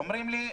אומרים לי: